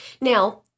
Now